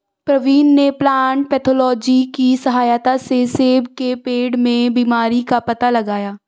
प्रवीण ने plant pathology की सहायता से सेब के पेड़ में बीमारी का पता लगाया